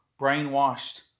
brainwashed